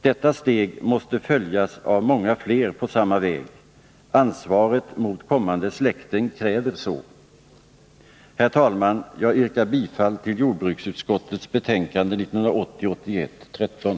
Detta steg måste följas av många fler på samma väg — ansvaret mot kommande släkten kräver så. Herr talman! Jag yrkar bifall till hemställan i jordbruksutskottets betänkande 1980/81:13.